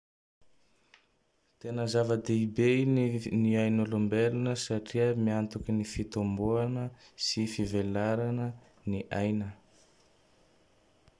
Tena zava-dehibe ny ny Ain'olombelona satria miantoky ny fitmboana sy fivelarana ny Aina.